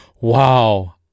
wow